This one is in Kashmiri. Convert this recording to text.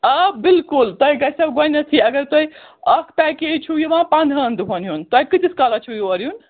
آ بِلکُل تۄہہِ گژھٮ۪و گۄڈنٮ۪تھٕے اگر تۄہہِ اَکھ پیکیج چھُو یِوان پنٛدہَن دۄہَن ہُنٛد تۄہہِ کۭتِس کالس چھُو یور یُن